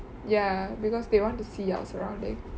ya because they want to see our surrounding